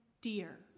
dear